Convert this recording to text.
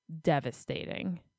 devastating